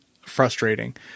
frustrating